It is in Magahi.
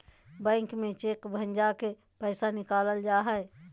बैंक में चेक भंजा के पैसा निकालल जा हय